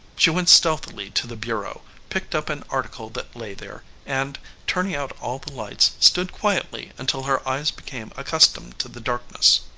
she went stealthily to the bureau, picked up an article that lay there, and turning out all the lights stood quietly until her eyes became accustomed to the darkness.